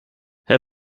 herr